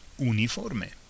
Uniforme